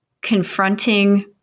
confronting